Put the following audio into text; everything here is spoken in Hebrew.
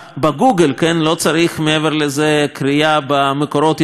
לא צריך מעבר לזה קריאה במקורות יותר מסובכים,